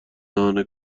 نان